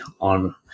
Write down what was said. on